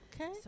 okay